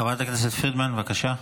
חברת הכנסת פרידמן, בבקשה.